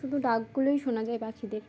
শুধু ডাকগুলোই শোনা যায় পাখিদের